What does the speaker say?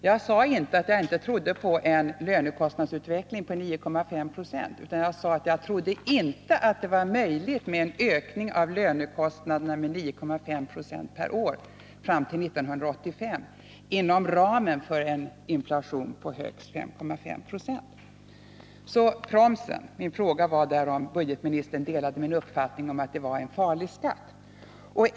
Jag sade inte att jag inte trodde på en lönekostnadsutveckling på 9,5 26, utan jag sade att jag inte trodde att det var möjligt med en ökning av lönekostnaderna med 9,5 96 per år fram till 1985 inom ramen för en inflation på högst 5,5 90. Så några ord om promsen. Min fråga var om budgetministern delade min uppfattning om att den var en farlig skatt.